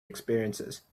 experiences